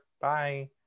bye